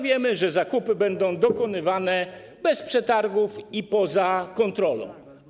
Wiemy, że zakupy będą dokonywane bez przetargów i poza kontrolą.